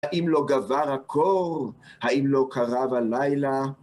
האם לא גבר הקור? האם לא קרב הלילה?